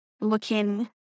looking